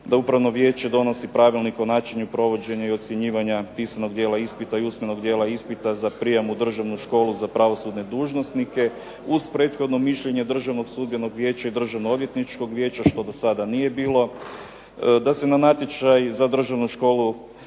da upravno vijeće donosi pravilnik o načinu provođenja i ocjenjivanja pisanog dijela ispita i usmenog dijela ispita za prijam u državnu školu za pravosudne dužnosnike, uz prethodno mišljenje Državnog sudbenog vijeća i Državnoodvjetničkog vijeća što do sada nije bilo, da se natječaj za državnu školu